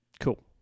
Cool